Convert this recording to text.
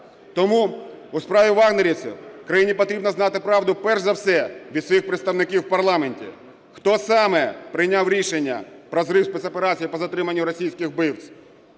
Тому у справі "вагнерівців" країні потрібно знати правду перш за все від своїх представників в парламенті. Хто саме прийняв рішення про зрив спецоперації по затриманню російських вбивць?